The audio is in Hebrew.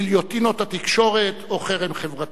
גיליוטינת התקשורת או חרם חברתי.